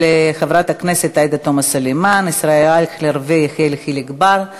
הצעות לסדר-היום מס' 4386, 4389 ו-4395,